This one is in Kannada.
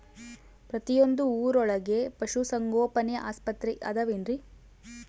ಪ್ರತಿಯೊಂದು ಊರೊಳಗೆ ಪಶುಸಂಗೋಪನೆ ಆಸ್ಪತ್ರೆ ಅದವೇನ್ರಿ?